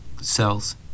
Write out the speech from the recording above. cells